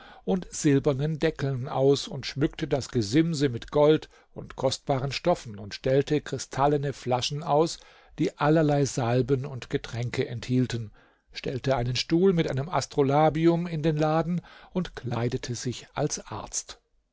und silbernen deckeln aus und schmückte das gesimse mit gold und kostbaren stoffen und stellte kristallene flaschen aus die allerlei salben und getränke enthielten stellte einen stuhl mit einem astrolabium in den laden und kleidete sich als arzt